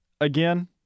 Again